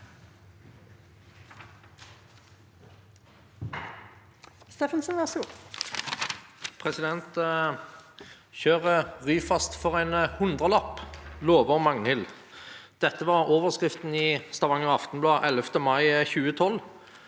Kjør Ryfast for en 100-lapp, lover Magnhild». Dette var overskriften i Stavanger Aftenblad 11. mai 2012.